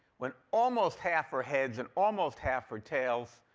when almost half are heads and almost half are tails,